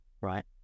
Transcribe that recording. right